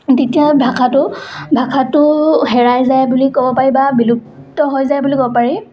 তেতিয়া ভাষাটো ভাষাটো হেৰাই যায় বুলি ক'ব পাৰি বা বিলুপ্ত হৈ যায় বুলি ক'ব পাৰি